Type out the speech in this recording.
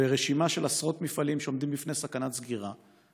ברשימה של עשרות מפעלים שעומדים בפני סכנת סגירה,